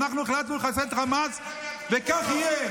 אנחנו החלטנו לחסל את חמאס, וכך יהיה.